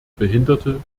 behinderte